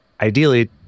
ideally